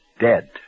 dead